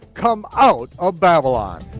come out of babylon.